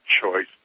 choice